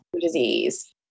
disease